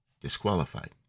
disqualified